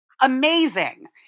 Amazing